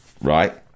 right